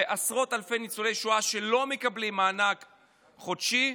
ועשרות אלפי ניצולי שואה שלא מקבלים מענק חודשי,